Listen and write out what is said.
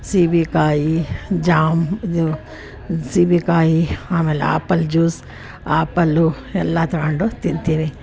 ಸೀಬೆ ಕಾಯಿ ಜಾಮ್ ಇದು ಸೀಬೆ ಕಾಯಿ ಆಮೇಲೆ ಆಪಲ್ ಜ್ಯೂಸ್ ಆಪಲ್ಲು ಎಲ್ಲ ತಗೊಂಡು ತಿಂತೀನಿ